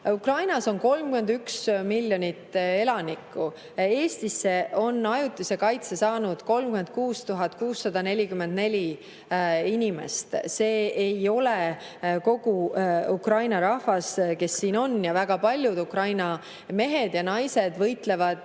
Ukrainas on 31 miljonit elanikku, Eestis on ajutise kaitse saanud 36 644 inimest. See ei ole kogu Ukraina rahvas, kes siin on. Väga paljud Ukraina mehed ja naised võitlevadki